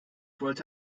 wollte